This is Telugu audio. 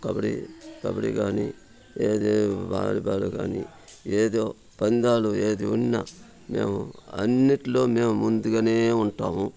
కబడ్డీ కబడ్డీ కానీ ఏది వాలీబాల్ కానీ ఏదో పంద్యాలు ఏది ఉన్నా మేము అన్నింట్లో మేము ముందుగానే ఉంటాము